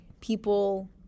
people